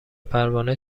پروانه